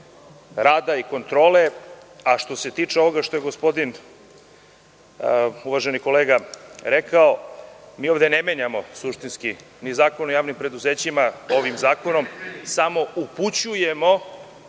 rada i kontrole. Što se tiče ovoga što je gospodin, uvaženi kolega, rekao, mi ovde ne menjamo suštinski Zakon o javnim preduzećima ovim zakonom, već samo upućujemo